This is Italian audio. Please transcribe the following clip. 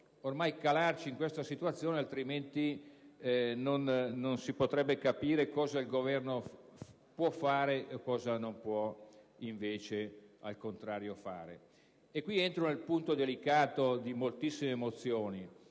ormai calarci in tale situazione, altrimenti non si potrebbe capire cosa il Governo può fare e cosa non può fare. E qui entro nel punto delicato di moltissime mozioni: